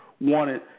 wanted